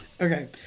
Okay